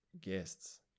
guests